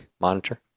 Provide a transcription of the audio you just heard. monitor